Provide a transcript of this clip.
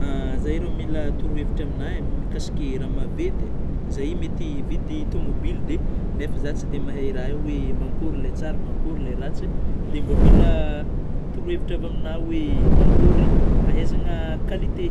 Zay rô mila torohevitra aminahy mikasiky raha maventy zaho iomety hividy tomobilina nefa zaho tsy dia mahay raha io oe mankory ilay tsara mankory ilay ratsy; dia mbô mila torohevitra avy aminao oe magnakôry ahaizagna qualité